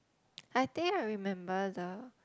I think I remember the